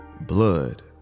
blood